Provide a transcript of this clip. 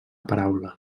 paraula